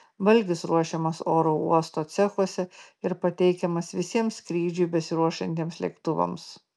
valgis ruošiamas oro uosto cechuose ir pateikiamas visiems skrydžiui besiruošiantiems lėktuvams